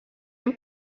amb